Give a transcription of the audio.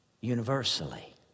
universally